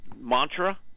mantra